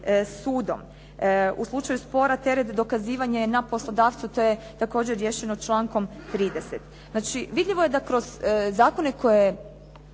U slučaju spora, teret dokazivanja je na poslodavcu, to je također riješeno člankom 30.